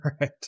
Right